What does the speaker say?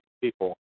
people